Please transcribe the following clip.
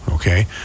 Okay